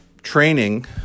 training